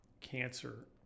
cancer